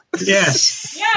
Yes